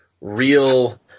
real